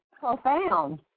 Profound